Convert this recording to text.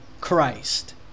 Christ